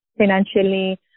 financially